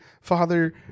father